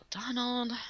donald